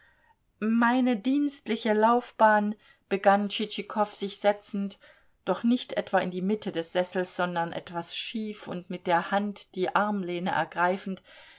meine dienstliche laufbahn begann tschitschikow sich setzend doch nicht etwa in die mitte des sessels sondern etwas schief und mit der hand die armlehne ergreifend